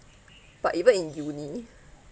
but even in uni